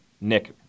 Nick